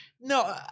No